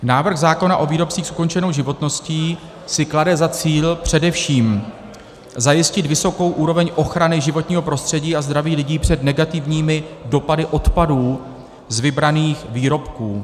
Návrh zákona o výrobcích s ukončenou životností si klade za cíl především zajistit vysokou úroveň ochrany životního prostředí a zdraví lidí před negativními dopady odpadů z vybraných výrobků.